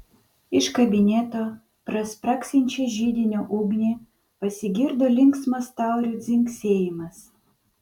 iš kabineto pro spragsinčią židinio ugnį pasigirdo linksmas taurių dzingsėjimas